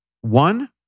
one